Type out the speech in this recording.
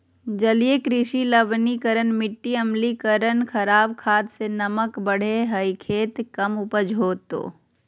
जलीय कृषि लवणीकरण मिटी अम्लीकरण खराब खाद से नमक बढ़े हइ खेत कम उपज होतो